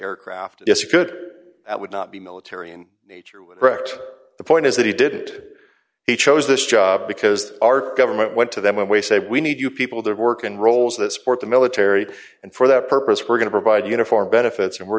aircraft good that would not be military in nature would correct the point is that he did he chose this job because our government went to them and we say we need you people to work in roles that support the military and for that purpose we're going to provide uniform benefits and we're